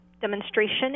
demonstration